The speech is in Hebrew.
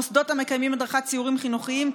מוסדות המקיימים הדרכת סיורים חינוכיים,